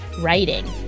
writing